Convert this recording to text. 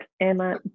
Emma